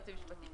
הייעוץ המשפטי.